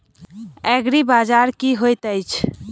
एग्रीबाजार की होइत अछि?